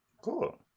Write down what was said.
cool